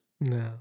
No